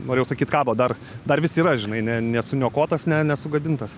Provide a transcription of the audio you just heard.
norėjau sakyt kabo dar dar vis yra žinai ne nesuniokotas ne nesugadintas